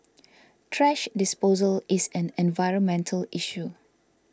thrash disposal is an environmental issue